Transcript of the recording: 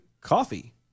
coffee